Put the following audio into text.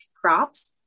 crops